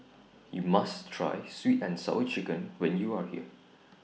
YOU must Try Sweet and Sour Chicken when YOU Are here